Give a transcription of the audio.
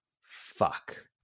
fuck